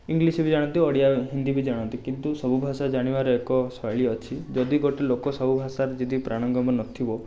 English ବି ଜାଣନ୍ତି ଓଡ଼ିଆ ହିନ୍ଦୀ ବି ଜାଣନ୍ତି କିନ୍ତୁ ସବୁ ଭାଷା ଜାଣିବାର ଏକ ଶୈଳୀ ଅଛି ଯଦି ଗୋଟେ ଲୋକ ସବୁ ଭାଷାର ଯଦି ପାରଙ୍ଗମ ନଥିବ